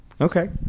Okay